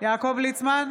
יעקב ליצמן,